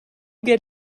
get